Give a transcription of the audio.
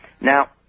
Now